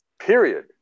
Period